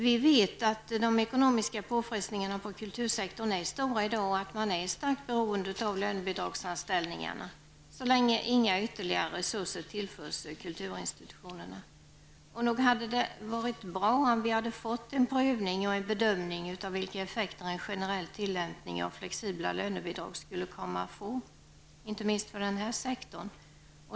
Vi vet att de ekonomiska påfrestningarna på kultursektorn är stora i dag och att man, så länge inga ytterligare resurser tillförs kulturinstitutionerna, är starkt beroende av lönebidragsanställningarna. Nog hade det varit bra om vi hade fått en prövning och en bedömning av vilka effekter en generell tillämpning av flexibla lönebidrag skulle komma att få, inte minst för denna sektor.